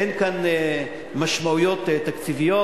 אין כאן משמעויות תקציביות,